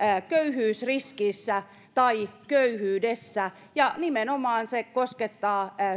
köyhyysriskissä tai köyhyydessä ja se nimenomaan koskettaa